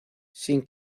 sin